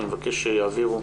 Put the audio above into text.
אני מבקש שיעבירו